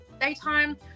daytime